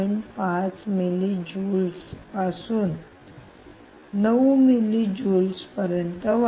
5 millijoules पासून 9 millijoules पर्यंत वाढते